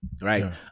right